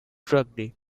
tragedy